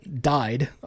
died